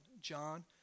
John